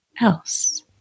else